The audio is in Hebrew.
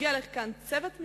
הגיע לכאן צוות מיוחד,